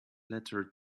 letter